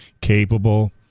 Capable